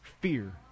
fear